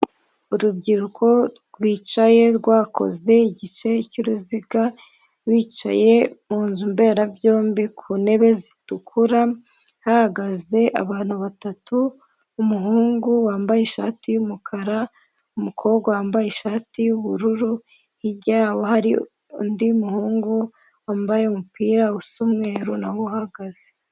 Urubyiruko rwicaye rwakoze igice cy'uruziga bicaye mu nzu mberabyombi ku ntebe zitukura hagaze abantu batatu, umuhungu wambaye ishati y'umukara, umukobwa wambaye ishati y'ubururu hirya yaho hari undi muhungu wambaye umupira'umweru naho uhagaze.